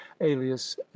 alias